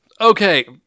Okay